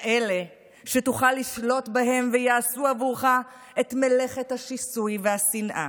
כאלה שתוכל לשלוט בהם ויעשו בעבורך את מלאכת השיסוי והשנאה.